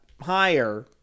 higher